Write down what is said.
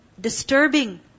Disturbing